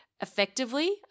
effectively